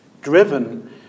driven